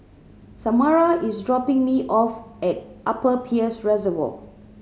Samara is dropping me off at Upper Peirce Reservoir